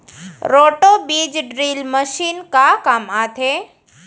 Roto बीज drill machine का काम आथे?